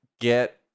get